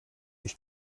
ich